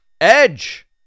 Edge